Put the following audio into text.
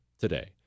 today